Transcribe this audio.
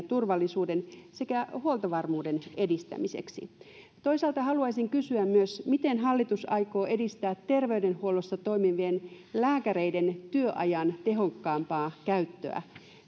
turvallisuuden sekä huoltovarmuuden edistämiseksi toisaalta haluaisin kysyä myös miten hallitus aikoo edistää terveydenhuollossa toimivien lääkäreiden työajan tehokkaampaa käyttöä